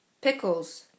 pickles